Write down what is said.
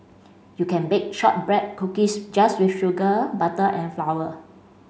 you can bake shortbread cookies just with sugar butter and flour